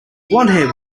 blondhair